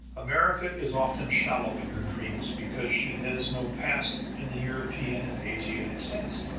america is often shallow in her dreams because she has no past in the european and asiatic sense.